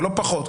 ולא פחות.